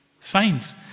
signs